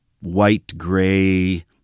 white-gray